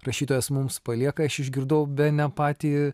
rašytojas mums palieka aš išgirdau bene patį